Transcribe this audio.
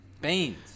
Beans